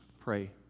pray